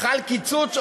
חל קיצוץ,